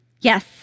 yes